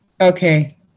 Okay